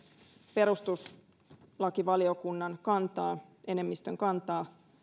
perustuslakivaliokunnan kantaa enemmistön kantaa